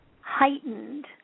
heightened